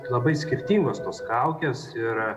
labai skirtingos tos kaukės ir